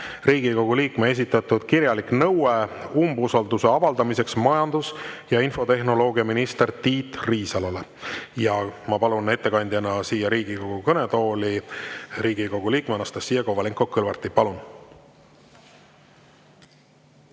Riigikogu liikme esitatud kirjalik nõue umbusalduse avaldamiseks majandus- ja infotehnoloogiaminister Tiit Riisalole. Ma palun ettekandjaks siia Riigikogu kõnetooli Riigikogu liikme Anastassia Kovalenko-Kõlvarti. Palun!